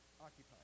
occupied